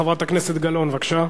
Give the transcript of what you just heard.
חברת הכנסת זהבה גלאון, בבקשה.